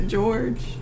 George